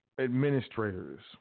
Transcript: administrators